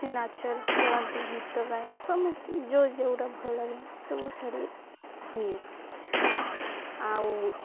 ସେ ନାଚ ଗୀତ ଗାଏ ସମସ୍ତେ ଯେଉଁ ଯେଉଁଟା ଭଲ ଲାଗେ ସବୁ ସେଇଠି ହୁଏ ଆଉ